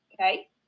Okay